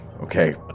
Okay